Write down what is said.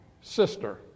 sister